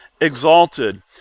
exalted